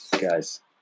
guys